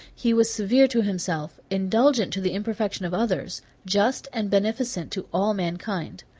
he was severe to himself, indulgent to the imperfections of others, just and beneficent to all mankind.